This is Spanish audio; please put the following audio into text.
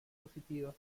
positivas